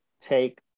take